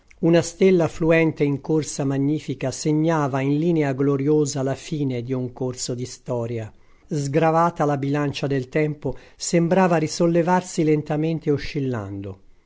una stella fluente in corsa magnifica segnava in linea gloriosa la fine di un corso di storia sgravata la bilancia del tempo sembrava risollevarsi lentamente oscillando